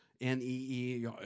N-E-E